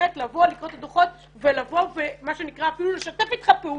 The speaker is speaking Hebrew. לקרוא את הדוחות ולשתף איתך פעולה,